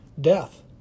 death